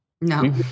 No